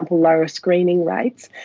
lower screening rates,